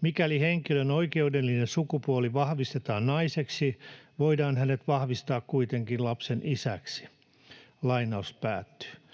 mikäli henkilön oikeudellinen sukupuoli vahvistetaan naiseksi, voidaan hänet vahvistaa kuitenkin lapsen isäksi.” Edellä